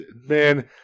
man